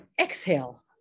exhale